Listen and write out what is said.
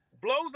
blows